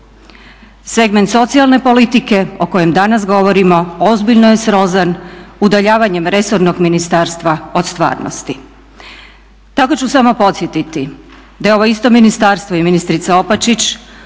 Segment socijalne politike o kojem danas govorimo ozbiljno je srozan udaljavanjem resornog ministarstva od stvarnosti. Tako ću samo podsjetiti da je ovo isto ministarstvo i ministrica Opačić